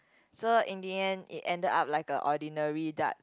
so in the end it ended up like a ordinary dart